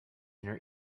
inner